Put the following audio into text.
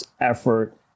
effort